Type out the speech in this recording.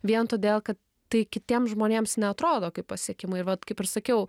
vien todėl kad tai kitiems žmonėms neatrodo kaip pasiekimai vat kaip ir sakiau